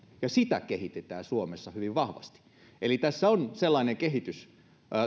ja sitä kehitetään suomessa hyvin vahvasti tässä on sellainen kehitys